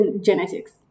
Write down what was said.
genetics